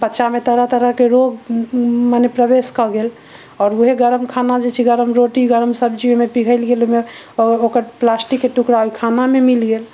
बच्चामे तरह तरहके रोग मने प्रवेश कऽ गेल आओर उहे गरम खाना जे छै गरम रोटी गरम सब्जी ओइमे पिघलि गेल ओइमे आओर ओकर प्लास्टिकके टुकड़ा ओइ खानामे मिल गेल